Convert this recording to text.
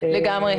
לגמרי.